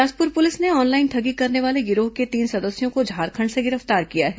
Bilaspur police ने online ठगी करने वाले गिरोह के तीन सदस्यों को झारखंड से गिरफ्तार किया है